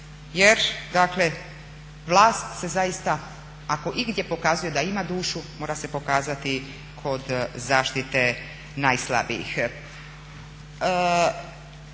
jer dakle vlast se zaista, ako igdje pokazuje da ima dušu mora se pokazati kod zaštite najslabijih.